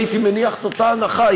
ואני הייתי מניח את אותה הנחה,